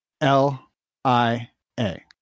L-I-A